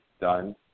done